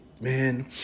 man